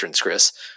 Chris